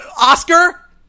Oscar